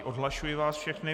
Odhlašuji vás všechny.